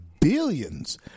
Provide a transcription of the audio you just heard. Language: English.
billions